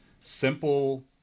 simple